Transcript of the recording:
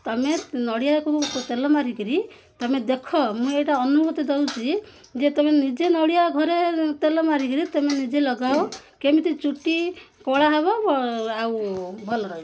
ତମେ ନଡ଼ିଆକୁ ତେଲ ମାରିକିରି ତମେ ଦେଖ ମୁଁ ଏଇଟା ଅନୁଭୂତି ଦେଉଛି ଯେ ତମେ ନିଜେ ନଡ଼ିଆ ଘରେ ତେଲ ମାରିକିରି ତମେ ନିଜେ ଲଗାଅ କେମିତି ଚୁଟି କଳା ହେବ ଆଉ ଭଲ ରହିବ